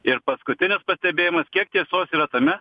ir paskutinis pastebėjimas kiek tiesos yra tame